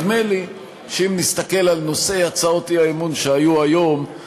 נדמה לי שאם נסתכל על נושאי הצעות האי-אמון שהיו היום,